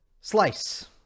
slice